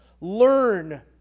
Learn